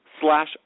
slash